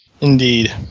Indeed